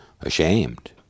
ashamed